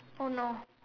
oh no